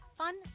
fun